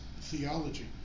theology